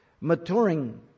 maturing